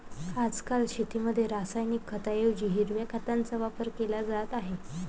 आजकाल शेतीमध्ये रासायनिक खतांऐवजी हिरव्या खताचा वापर केला जात आहे